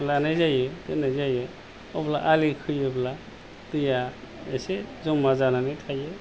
लानाय जायो दोननाय जायो अब्ला आलि खोयोब्ला दैया एसे ज'मा जानानै थायो